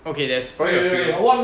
okay there's five or three